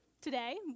today